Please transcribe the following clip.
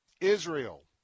Israel